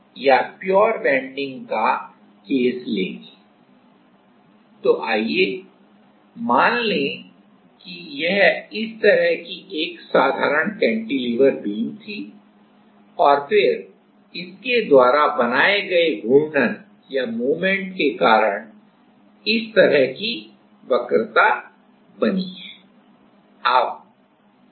तो आइए मान लें कि यह इस तरह की एक साधारण कैंटिलीवर बीम थी और फिर इसके द्वारा बनाए गए घूर्णन के कारण इस तरह की वक्रता बनी है